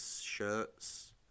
shirts